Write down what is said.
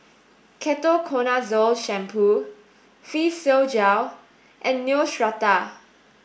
Ketoconazole Shampoo Physiogel and Neostrata